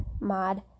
mod